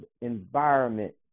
environment